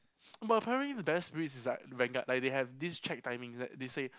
but apparently the best spirits is like Vanguard like they have this check timing like they say